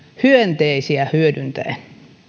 hyönteisiä hyödyntäen